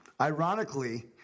ironically